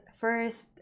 first